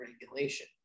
regulation